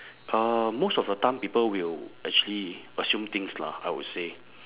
uh most of the time people will actually assume things lah I would say